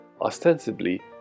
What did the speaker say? ostensibly